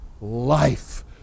life